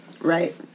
Right